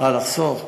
אה, לחסוך.